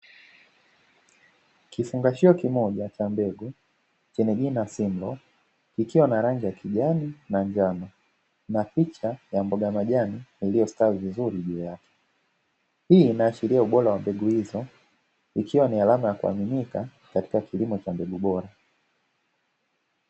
Kifungashio za mbegu zenye jina ukiwa na rangi ya kijani na njama na picha ya mboga ya majani iliyosali vizuri juu yake, hii inaashiria ubora wa mbegu hizo ikiwa ni alama ya kuaminika katika kilimo cha mbegu bora.